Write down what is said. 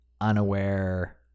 unaware